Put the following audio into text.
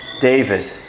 David